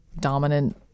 Dominant